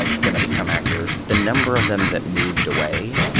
ah going to become actors, the number of them that moved away,